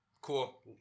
Cool